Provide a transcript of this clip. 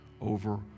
over